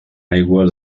aigua